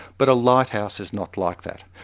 but a lighthouse is not like that.